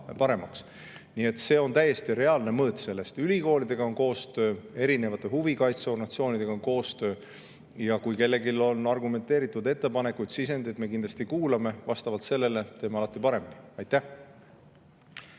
paremaks. Nii et see on täiesti reaalne mõõt sellest. Ülikoolidega on koostöö, erinevate huvikaitseorganisatsioonidega on koostöö. Kui kellelgi on argumenteeritud ettepanekuid, sisendeid, siis me kindlasti kuulame, vastavalt neile teeme paremini. Aitäh,